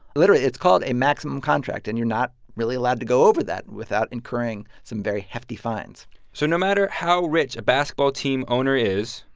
literally, it's called a maximum contract, and you're not really allowed to go over that without incurring some very hefty fines so no matter how rich a basketball team owner is.